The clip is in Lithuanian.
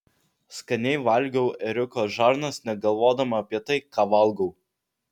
skaniai valgiau ėriuko žarnas negalvodama apie tai ką valgau